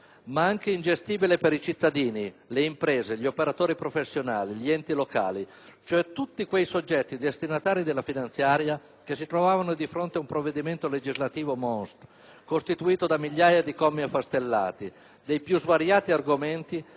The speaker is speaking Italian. Ma anche ingestibile per i cittadini, le imprese, gli operatori professionali e gli enti locali, cioè tutti quei soggetti destinatari della finanziaria, che si trovavano di fronte un provvedimento legislativo *monstre*, costituito da migliaia di commi affastellati dei più svariati argomenti,